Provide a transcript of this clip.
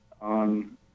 on